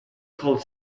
called